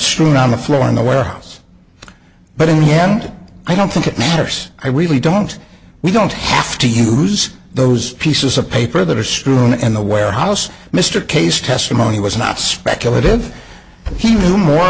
strewn on the floor in the warehouse but in the end i don't think it matters i really don't we don't have to use those pieces of paper that are strewn and the warehouse mr case testimony was not speculative he knew more